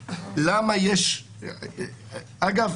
אגב,